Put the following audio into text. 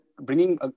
bringing